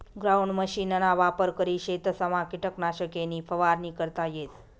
ground मशीनना वापर करी शेतसमा किटकनाशके नी फवारणी करता येस